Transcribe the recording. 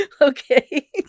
okay